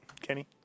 Kenny